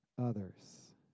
others